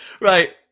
Right